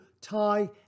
Thai